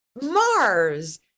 Mars